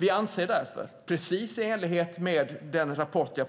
Vi anser därför, i enlighet med rapporten,